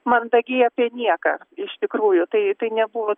mandagiai apie nieką iš tikrųjų tai tai nebuvo